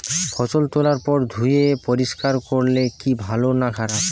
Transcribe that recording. ফসল তোলার পর ধুয়ে পরিষ্কার করলে কি ভালো না খারাপ?